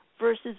versus